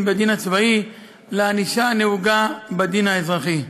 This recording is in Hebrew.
בדין הצבאי לענישה הנהוגה בדין האזרחי.